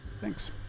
Thanks